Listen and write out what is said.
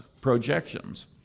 projections